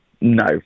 No